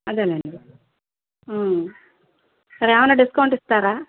అదేలేండి సరే ఏమైన్నా డిస్కౌంట్ ఇస్తారా